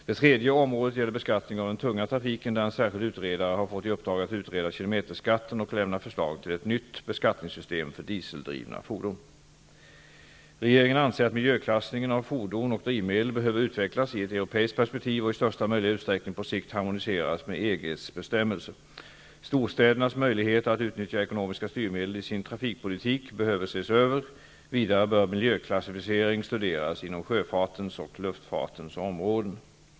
Det tredje området gäller beskattning av den tunga trafiken, där en särskild utredare har fått i uppdrag att utreda kilometerskatten och lämna förslag till ett nytt beskattningssystem för dieseldrivna fordon Regeringen anser att miljöklassningen av fordon och drivmedel behöver utvecklas i ett europeiskt perspektiv och i största möjliga utsträckning på sikt harmoniseras med EG:s bestämmelser. Storstädernas möjligheter att utnyttja ekonomiska styrmedel i sin trafikpolitik behöver ses över. Vidare bör miljöklassificering studeras inom sjöfartens och luftfartens områden.